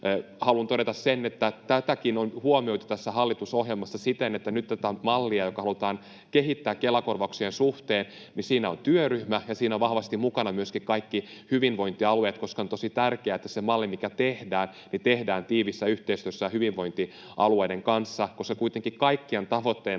Haluan todeta, että tätäkin on huomioitu tässä hallitusohjelmassa siten, että nyt kun tätä mallia halutaan kehittää Kela-korvauksien suhteen, niin siinä on työryhmä ja siinä ovat vahvasti mukana myöskin kaikki hyvinvointialueet, koska on tosi tärkeää, että se malli, mikä tehdään, tehdään tiiviissä yhteistyössä hyvinvointialueiden kanssa. Kuitenkin kaikkien tavoitteena